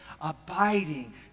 abiding